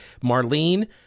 Marlene